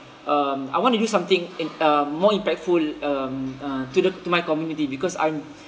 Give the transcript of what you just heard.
um I want to do something in uh more impactful um uh to the to my community because I'm